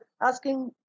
asking